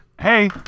hey